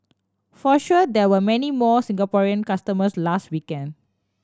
for sure there were many more Singaporean customers last weekend